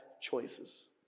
choices